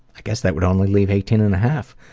i guess that would only leave eighteen and a half.